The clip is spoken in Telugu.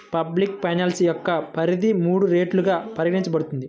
పబ్లిక్ ఫైనాన్స్ యొక్క పరిధి మూడు రెట్లుగా పరిగణించబడుతుంది